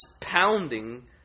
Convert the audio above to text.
pounding